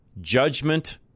judgment